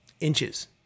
inches